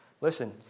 Listen